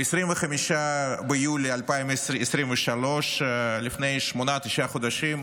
ב-25 ביולי 2023, לפני שמונה, תשעה חודשים,